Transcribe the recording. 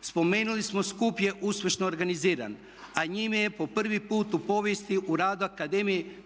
Spomenuli smo skup je uspješno organiziran a njime je po prvi put u povijesti u radu akademije